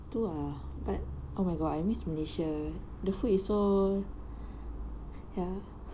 itu ah but oh my god I miss malaysia the food is so ya